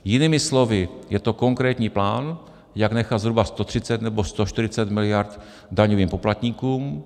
Jinými slovy, je to konkrétní plán, jak nechat zhruba 130 nebo 140 miliard daňovým poplatníkům.